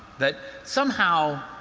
that somehow,